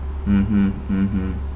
mmhmm mmhmm